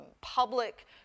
public